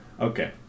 okay